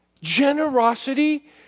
generosity